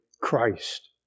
Christ